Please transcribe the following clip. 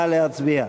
נא להצביע.